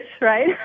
right